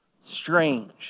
strange